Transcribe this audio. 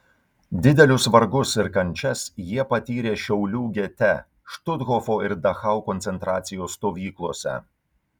didelius vargus ir kančias jie patyrė šiaulių gete štuthofo ir dachau koncentracijos stovyklose